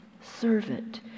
servant